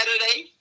Saturday